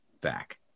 back